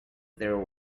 their